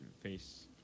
face